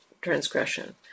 transgression